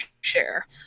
share